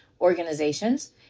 organizations